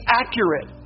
accurate